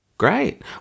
Great